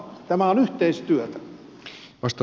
tämä on yhteistyötä